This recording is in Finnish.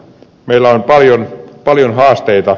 meillä on paljon haasteita